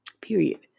Period